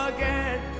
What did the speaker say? Again